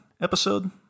episode